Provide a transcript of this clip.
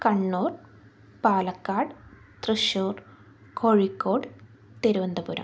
Kannur Palakkad Thrissur Kozhikode Thiruvananthapuram